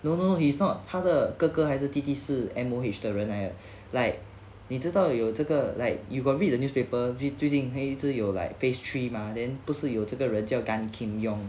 no no no he's not 他的哥哥还是弟弟是 M_O_H 的人来的 like 你知道有这个 like you got read the newspaper re~ 最近有 like pastry mah then 不是有这个人叫 gan kim yong